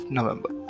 November